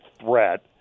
threat